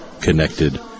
connected